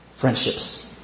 friendships